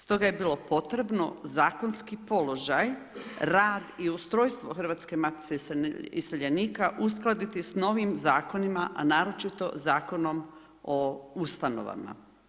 Stoga je bilo potrebno zakonski položaj radi i ustrojstvo Hrvatske matice iseljenika uskladiti s novim zakonima a naročito Zakonom o ustanovama.